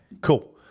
cool